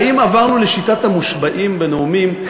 האם עברנו לשיטת המושבעים בנאומים?